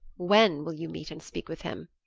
when will you meet and speak with him?